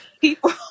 people